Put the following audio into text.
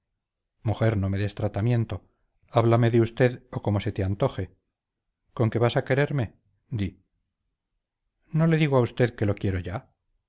mujer no me des tratamiento háblame de usted o como se te antoje conque vas a quererme di no le digo a usted que lo quiero ya